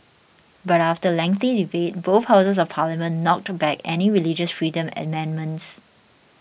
but after lengthy debate both houses of parliament knocked back any religious freedom amendments